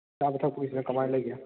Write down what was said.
ꯆꯥꯕ ꯊꯛꯄꯒꯤꯁꯤꯅ ꯀꯃꯥꯏꯅ ꯂꯩꯒꯦ